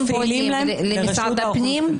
למי הם פונים, למשרד הפנים?